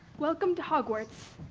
welcome to hogwarts.